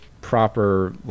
proper